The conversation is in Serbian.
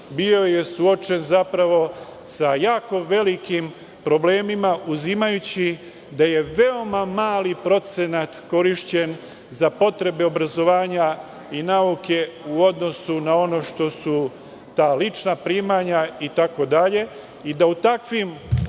bio je zapravo suočen sa jako velikim problemima, uzimajući da je veoma mali procenat korišćen za potrebe obrazovanja i nauke, u odnosu na ono što su ta lična primanja itd,